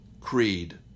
creed